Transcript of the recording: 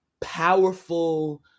powerful